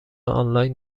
آنلاین